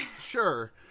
Sure